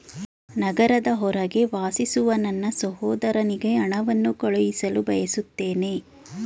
ನಗರದ ಹೊರಗೆ ವಾಸಿಸುವ ನನ್ನ ಸಹೋದರನಿಗೆ ಹಣವನ್ನು ಕಳುಹಿಸಲು ಬಯಸುತ್ತೇನೆ